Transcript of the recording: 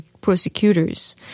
prosecutors